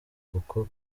kuko